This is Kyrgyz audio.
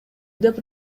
деп